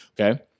Okay